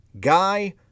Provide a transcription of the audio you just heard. guy